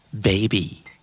baby